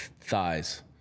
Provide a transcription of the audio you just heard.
thighs